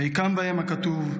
ויקוים בהם הכתוב: